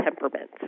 temperament